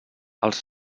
els